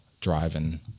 driving